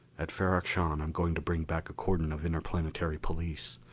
at ferrok-shahn i'm going to bring back a cordon of interplanetary police.